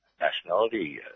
nationality